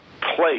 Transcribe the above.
place